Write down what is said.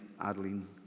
Adeline